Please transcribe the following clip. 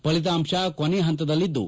ಫಲಿತಾಂಶ ಕೊನೆ ಹಂತದಲ್ಲಿದ್ದು